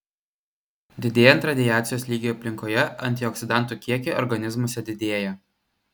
didėjant radiacijos lygiui aplinkoje antioksidantų kiekiai organizmuose didėja